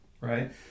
right